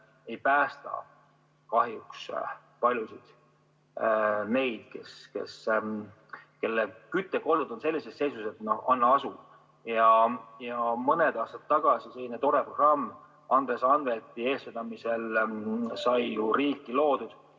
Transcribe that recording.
ei päästa kahjuks paljusid neid, kelle küttekolded on sellises seisus, et anna asu. Mõni aasta tagasi selline tore programm Andres Anvelti eestvedamisel sai ju riiki loodud